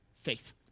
Faith